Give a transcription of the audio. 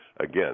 Again